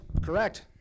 Correct